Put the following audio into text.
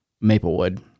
Maplewood